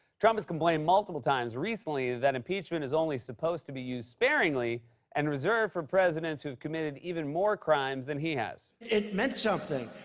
trump has complained multiple times recently that impeachment is only supposed to be used sparingly and reserved for presidents who have committed even more crimes than he has. it meant something.